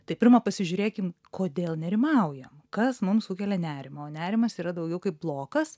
tai pirma pasižiūrėkim kodėl nerimaujam kas mums sukelia nerimą o nerimas yra daugiau kaip blokas